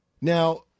Now